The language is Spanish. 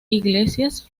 iglesias